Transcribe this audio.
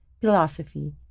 philosophy